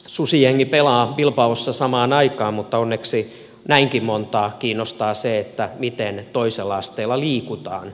susijengi pelaa bilbaossa samaan aikaan mutta onneksi näinkin montaa kiinnostaa se miten toisella asteella liikutaan